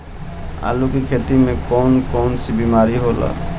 आलू की खेती में कौन कौन सी बीमारी होला?